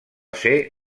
ser